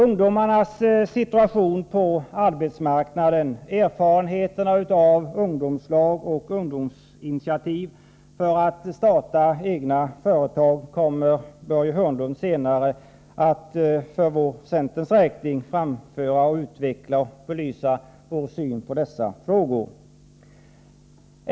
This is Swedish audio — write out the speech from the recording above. Börje Hörnlund kommer senare att utveckla centerns syn på ungdomarnas situation på arbetsmarknaden vad gäller erfarenheterna av ungdomslag och ungdomsinitiativ för startande av egna företag.